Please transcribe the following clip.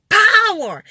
power